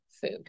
food